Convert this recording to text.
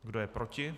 Kdo je proti?